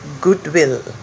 goodwill